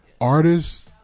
artists